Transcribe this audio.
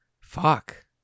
fuck